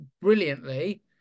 brilliantly